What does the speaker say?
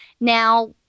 Now